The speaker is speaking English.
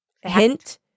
hint